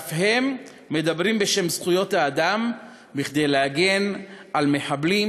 שאף הם מדברים בשם זכויות האדם כדי להגן על מחבלים,